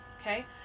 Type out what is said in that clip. okay